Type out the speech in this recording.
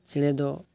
ᱪᱮᱬᱮ ᱫᱚ